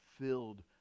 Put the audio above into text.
filled